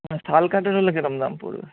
আর শাল কাঠের হলে কীরকম দাম পড়বে